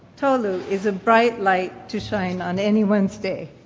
tolu is a bright light to shine on anyone's day.